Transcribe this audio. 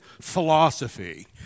philosophy